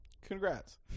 congrats